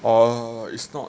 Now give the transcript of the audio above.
orh it's not